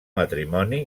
matrimoni